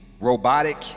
robotic